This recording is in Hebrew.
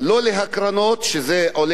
שזה עולה המון כסף,